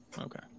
Okay